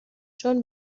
چون